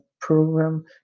program